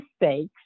mistakes